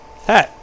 hey